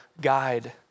guide